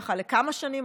לכמה שנים,